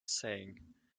saying